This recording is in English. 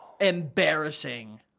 embarrassing